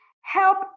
help